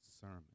sermon